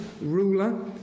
ruler